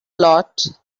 lot